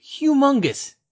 humongous